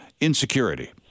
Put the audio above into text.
insecurity